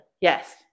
yes